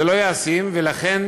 זה לא ישים, ולכן